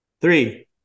Three